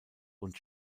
und